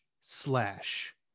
slash